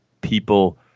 people